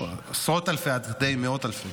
עשרות אלפי עד מאות אלפי